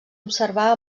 observar